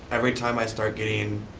every time i start getting,